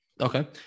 Okay